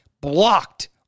blocked